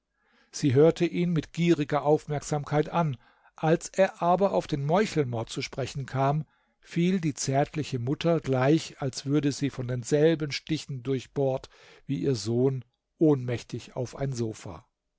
sie hörte ihn mit gieriger aufmerksamkeit an als er aber auf den meuchelmord zu sprechen kam fiel die zärtliche mutter gleich als würde sie von denselben stichen durchbohrt wie ihr sohn ohnmächtig auf ein sofa